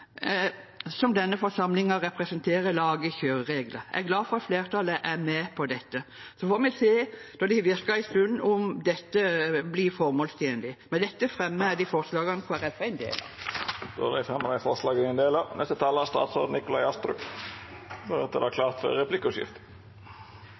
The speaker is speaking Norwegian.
som denne forsamlingen representerer, lage kjøreregler. Jeg er glad for at flertallet er med på dette, så får vi se når det har virket en stund om dette blir formålstjenlig. Regjeringen vil gjøre det